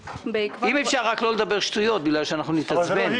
אם אפשר רק לא לדבר שטויות כי אנחנו נתעצבן.